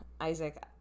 Isaac